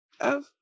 Ev